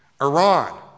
Iran